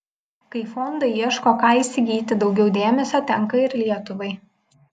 kai fondai ieško ką įsigyti daugiau dėmesio tenka ir lietuvai